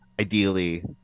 ideally